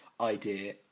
idea